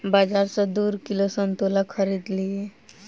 बाजार सॅ दू किलो संतोला खरीद लिअ